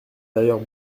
d’ailleurs